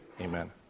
Amen